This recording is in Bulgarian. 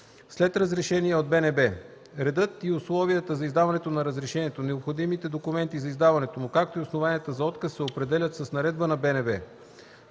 след разрешение от БНБ. Редът и условията за издаване на разрешението, необходимите документи за издаването му, както и основанията за отказ се определят с наредба на БНБ.“